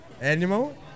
animal